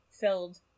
filled